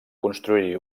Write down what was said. construir